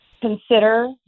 consider